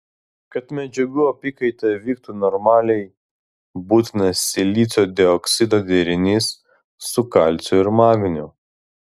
kad medžiagų apykaita vyktų normaliai būtinas silicio dioksido derinys su kalciu ir magniu